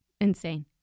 Insane